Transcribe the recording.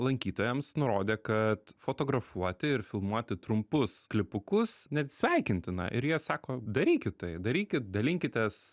lankytojams nurodė kad fotografuoti ir filmuoti trumpus klipukus net sveikintina ir jie sako darykit tai darykit dalinkitės